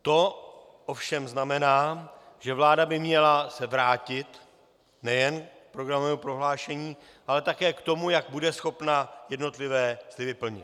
To ovšem znamená, že vláda by se měla vrátit nejen k programovému prohlášení, ale také k tomu, jak bude schopna jednotlivé sliby vyplnit.